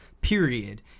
period